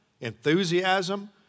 enthusiasm